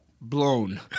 blown